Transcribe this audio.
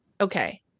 okay